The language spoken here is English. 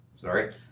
sorry